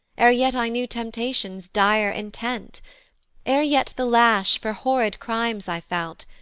e'er yet i knew temptation's dire intent e'er yet the lash for horrid crimes i felt,